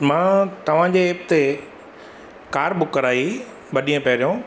मां तव्हांजे एप ते कार बुक कराई ॿ ॾींहं पहिरियोंं